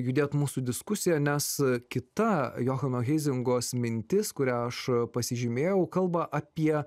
judėt mūsų diskusija nes kita johano heizingos mintis kurią aš pasižymėjau kalba apie